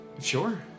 Sure